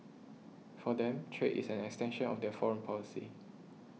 for them trade is an extension of their foreign policy